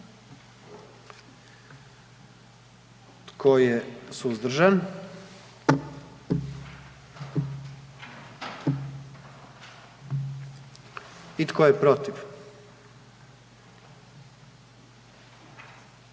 Tko je suzdržan? I tko je protiv?